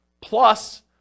plus